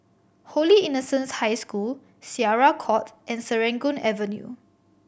Holy Innocents' High School Syariah Court and Serangoon Avenue